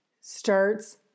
starts